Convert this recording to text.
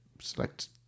select